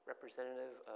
representative